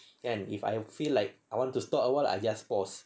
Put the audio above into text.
kan if I feel like I want to stop a while I just pause